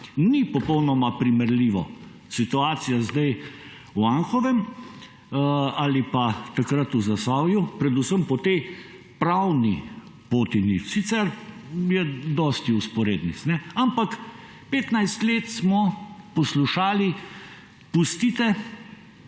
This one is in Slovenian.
Ni popolnoma primerljiva situacija zdaj v Anhovem ali pa takrat v Zasavju, predvsem po tej pravni poti ni, sicer je dosti vzporednic. Ampak 15 let smo poslušali: pustite